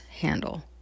handle